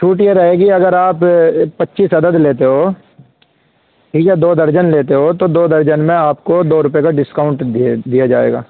چھوٹ یہ رہے گی اگر آپ پچیس عدد لیتے ہو یا دو درجن لیتے ہو تو دو درجن میں آپ کو دو روپے کا ڈسکاؤنٹ دیا جائے گا